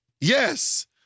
Yes